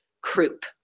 croup